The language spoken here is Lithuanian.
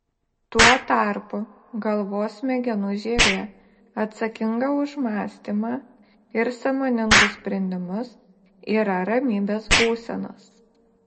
tuo tarpu galvos smegenų žievė atsakinga už mąstymą ir sąmoningus sprendimus yra ramybės būsenos